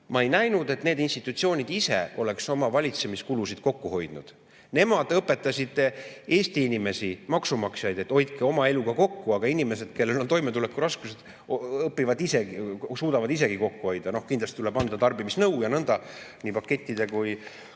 ma ei näinud, et need institutsioonid ise oleks oma valitsemiskulusid kokku hoidnud. Nemad õpetasid Eesti inimesi, maksumaksjaid, et hoidke oma elus kokku, aga inimesed, kellel on toimetulekuraskused, õpivad ise, suudavad ise kokku hoida. Noh, kindlasti tuleb anda tarbimisnõu nii pakettide kohta